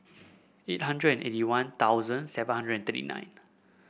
eight hundred eighty One Thousand seven hundred thirty nine